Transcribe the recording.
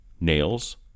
nails